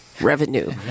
revenue